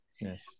yes